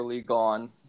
gone